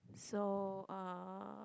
so uh